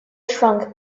shrunk